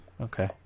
Okay